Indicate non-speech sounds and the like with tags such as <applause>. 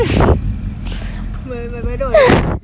<noise>